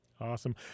Awesome